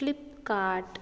Flipkart